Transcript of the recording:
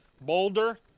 boulder